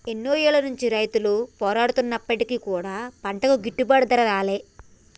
ఎన్నో ఏళ్ల నుంచి రైతులు పోరాడుతున్నప్పటికీ కూడా పంటలకి గిట్టుబాటు ధర రాలే